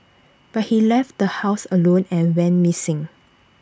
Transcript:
but he left the house alone and went missing